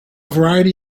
variety